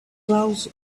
clouds